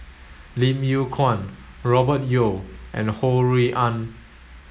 Lim Yew Kuan Robert Yeo and Ho Rui An